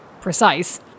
precise